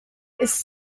ist